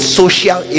social